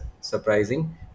surprising